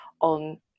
on